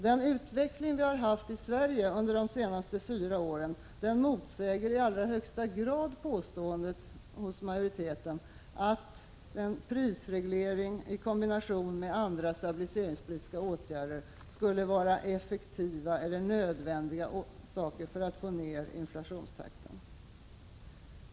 Den utveckling vi haft i Sverige under de senaste fyra åren motsäger i allra högsta grad påståendet att prisregleringar i kombination med andra stabiliseringspolitiska åtgärder skulle vara effektiva eller nödvändiga för att få ned inflationstakten.